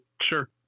Sure